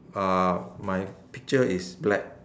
uh my picture is black